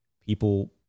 people